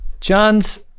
John's